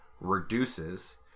reduces